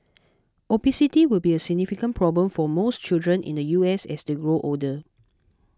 obesity will be a significant problem for most children in the U S as they grow older